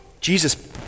Jesus